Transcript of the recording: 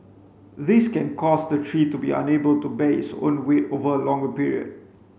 these can cause the tree to be unable to bear its own weight over a longer period